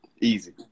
Easy